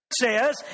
says